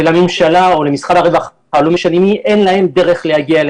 לממשלה או למשרד הרווחה, אין להם דרך להגיע.